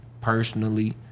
personally